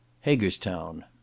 Hagerstown